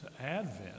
Advent